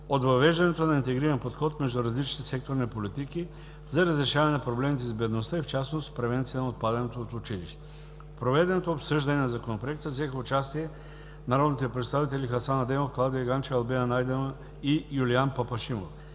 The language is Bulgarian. от въвеждането на интегриран подход между различните секторни политики за разрешаване на проблемите с бедността и в частност превенция на отпадането от училище. В проведеното обсъждане на законопроекта взеха участие народните представители Хасан Адемов, Клавдия Ганчева, Албена Найденова и Юлиян Папашимов.